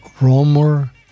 Romer